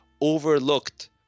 Overlooked